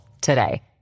today